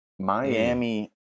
Miami